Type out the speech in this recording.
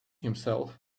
himself